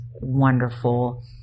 wonderful